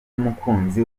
n’umukunzi